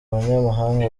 abanyamahanga